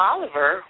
Oliver